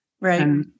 Right